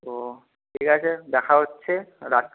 ও ঠিক আছে দেখা হচ্ছে